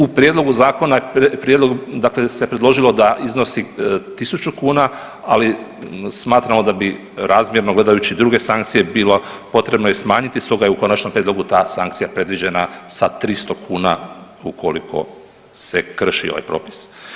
U prijedlogu zakona, dakle se predložilo da iznosi 1000 kuna ali smatramo da bi razmjerno gledajući druge sankcije bilo potrebno i smanjiti stoga je u konačnom prijedlogu ta sankcija predviđena sa 300 kuna ukoliko se krši ovaj propis.